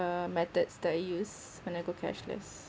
um methods that I use when I go cashless